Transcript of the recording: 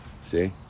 see